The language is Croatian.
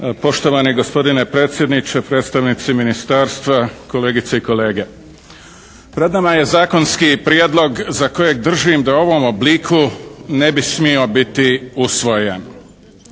Poštovani gospodine predsjedniče, predstavnici ministarstva, kolegice i kolege! Pred nama je zakonski prijedlog za kojeg držim da u ovom obliku ne bi smio biti usvojen.